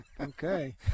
Okay